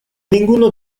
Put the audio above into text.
ninguno